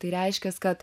tai reiškias kad